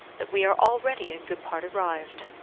that we are already in good part arrived,